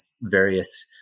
various